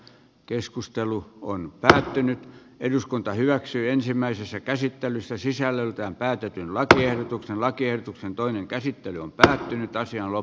keskustelu on lähtenyt eduskunta hyväksyi ensimmäisessä käsittelyssä sisällöltään päätetyn lakiehdotuksen lakiehdotuksen toinen käsittely on päättynyt täysi olo